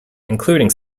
including